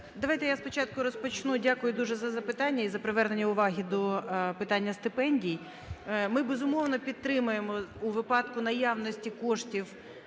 Давайте я спочатку розпочну… Дякую дуже за запитання і за привернення уваги до питання стипендій. Ми, безумовно, підтримуємо у випадку наявності коштів